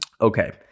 okay